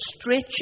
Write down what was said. stretch